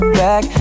back